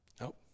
Nope